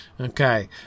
Okay